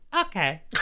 Okay